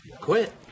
Quit